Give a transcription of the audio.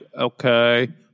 okay